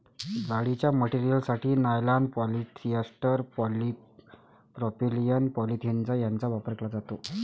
जाळीच्या मटेरियलसाठी nylon, polyester, polypropylene, polyethylene यांचा वापर केला जातो